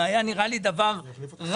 היה נראה לי דבר רע.